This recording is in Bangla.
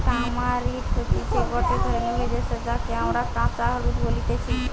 টামারিন্ড হতিছে গটে ধরণের ভেষজ যাকে আমরা কাঁচা হলুদ বলতেছি